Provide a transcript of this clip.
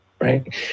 right